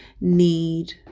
need